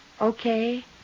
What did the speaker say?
okay